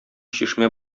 чишмә